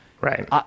right